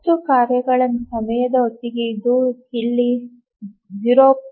10 ಕಾರ್ಯಗಳ ಸಮಯದ ಹೊತ್ತಿಗೆ ಅದು ಇಲ್ಲಿ 0